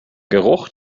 geruch